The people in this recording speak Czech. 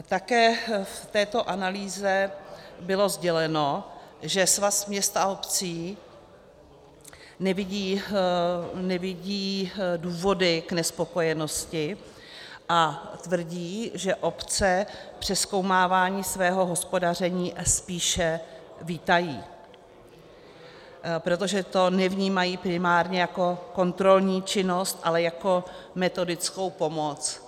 Také v této analýze bylo sděleno, že Svaz měst a obcí nevidí důvody k nespokojenosti a tvrdí, že obce přezkoumávání svého hospodaření spíše vítají, protože to nevnímají primárně jako kontrolní činnost, ale jako metodickou pomoc.